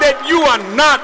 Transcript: that you are not